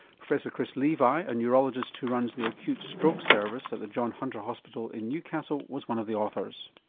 professor chris levi, a neurologist who runs the acute stroke service at the john hunter hospital in newcastle, was one of the authors.